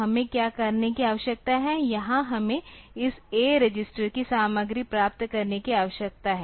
तो हमें क्या करने की आवश्यकता है यहां हमें इस A रजिस्टर की सामग्री प्राप्त करने की आवश्यकता है